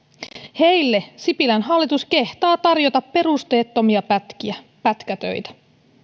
heille sipilän hallitus kehtaa tarjota perusteettomia pätkiä pätkätöitä